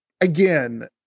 again